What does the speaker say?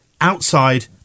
outside